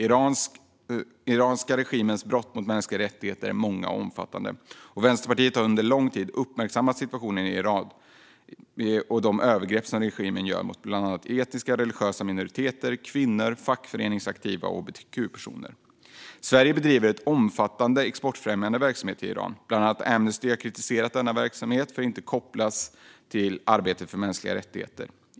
Den iranska regimens brott mot mänskliga rättigheter är många och omfattande. Vänsterpartiet har under lång tid uppmärksammat situationen i Iran och regimens övergrepp mot bland andra etniska och religiösa minoriteter, kvinnor, fackföreningsaktiva och hbtq-personer. Sverige bedriver en omfattade exportfrämjande verksamhet till Iran. Bland annat har Amnesty kritiserat denna verksamhet för att den inte kopplas till arbetet för mänskliga rättigheter.